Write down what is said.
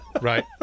right